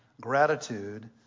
Gratitude